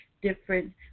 different